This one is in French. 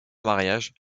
mariage